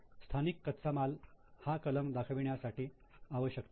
स्थानिक कच्चा माल हा कलम दाखवण्याची आवश्यकता नाही